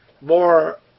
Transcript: more